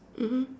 mmhmm